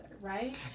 right